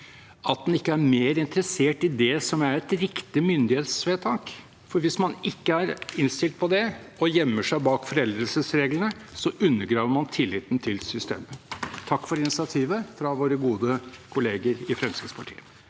at en ikke er mer interessert i det som er et riktig myndighetsvedtak. For hvis man ikke er innstilt på det, og gjemmer seg bak foreldelsesreglene, undergraver man tilliten til systemet. Takk for initiativet fra våre gode kolleger i Fremskrittspartiet.